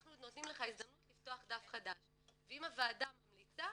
אנחנו נותנים לך הזדמנות לפתוח דף חדש" ואם הוועדה ממליצה,